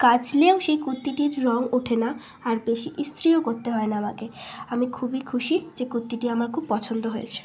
কাচলেও সেই কুর্তিটির রঙ ওঠে না আর বেশি ইস্ত্রিও করতে হয় না আমাকে আমি খুবই খুশি যে কুর্তিটি আমার খুব পছন্দ হয়েছে